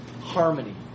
harmony